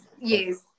Yes